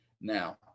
now